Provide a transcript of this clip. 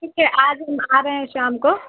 ٹھیک ہے آ ج ہم آ رہے ہیں شام کو